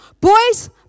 boys